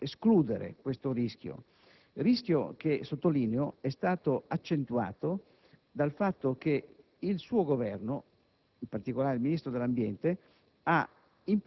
escludere questo rischio che - sottolineo - è stato accentuato dal fatto che il suo Governo, in particolare il Ministro dell'ambiente,